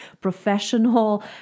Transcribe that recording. professional